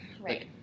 Right